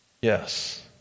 Yes